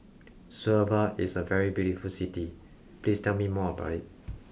Suva is a very beautiful city please tell me more about it